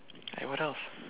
and what else